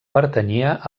pertanyia